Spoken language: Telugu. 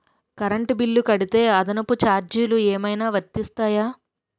కరెంట్ బిల్లు కడితే అదనపు ఛార్జీలు ఏమైనా వర్తిస్తాయా?